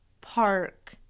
park